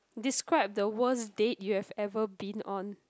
describe the worst date you have ever been on